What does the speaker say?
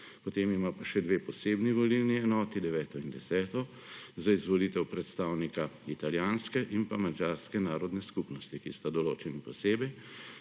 Potem ima pa še dve posebni volilni enoti, deveto in deseto, za izvolitev predstavnika italijanske in pa madžarske narodne skupnosti, ki sta določeni posebej